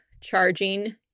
charging